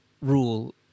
rule